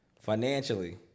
Financially